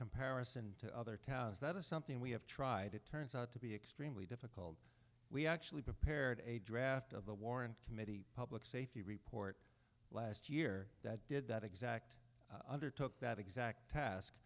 comparison to other towns that are something we have tried it turns out to be extremely difficult we actually prepared a draft of the warrant committee public safety report last year that did that exact under took that exact task